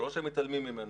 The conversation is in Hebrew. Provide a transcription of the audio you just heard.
זה לא שהם מתעלמים ממנו,